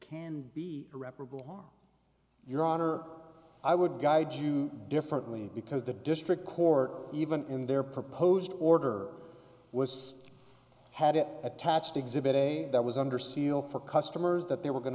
can be irreparable harm your honor i would guide you differently because the district court even in their proposed order was had an attached exhibit a that was under seal for customers that they were going